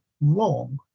wrong